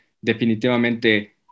definitivamente